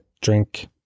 Drink